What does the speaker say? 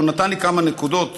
הוא נתן לי כמה נקודות,